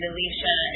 Alicia